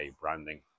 branding